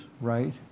right